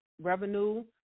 revenue